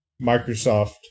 Microsoft